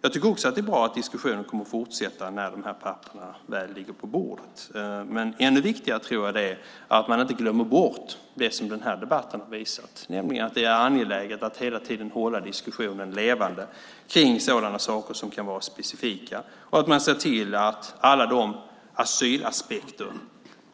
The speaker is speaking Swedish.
Jag tycker också att det är bra att diskussionen kommer att fortsätta när dessa papper väl ligger på bordet, men ännu viktigare är att inte glömma bort det som dagens debatt visat, nämligen att det är angeläget att hela tiden hålla diskussionen levande om sådana saker som kan vara specifika samt se till att alla de asylaspekter